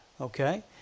okay